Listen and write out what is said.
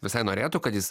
visai norėtų kad jis